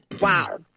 Wow